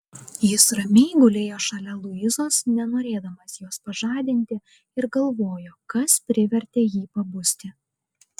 jis ramiai gulėjo šalia luizos nenorėdamas jos pažadinti ir galvojo kas privertė jį pabusti